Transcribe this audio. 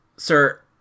Sir